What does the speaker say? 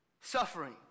suffering